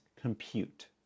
compute